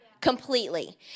completely